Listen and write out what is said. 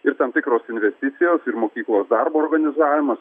ir tam tikros investicijos ir mokyklos darbo organizavimas